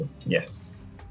Yes